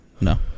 No